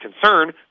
concern